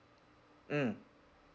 mm